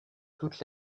toute